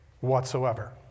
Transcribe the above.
whatsoever